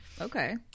Okay